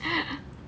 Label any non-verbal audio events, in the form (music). (laughs)